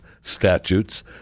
statutes